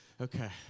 Okay